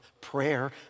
prayer